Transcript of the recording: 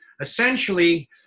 Essentially